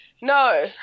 No